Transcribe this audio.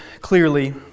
clearly